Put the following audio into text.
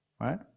right